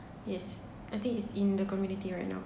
yes I think it's in the community right now